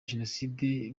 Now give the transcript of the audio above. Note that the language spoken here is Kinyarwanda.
jenoside